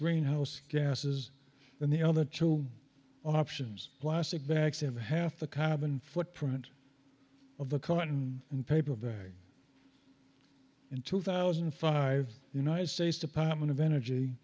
greenhouse gases than the other two options plastic bags have half the carbon footprint of the cotton and paper bag in two thousand and five united states department of energy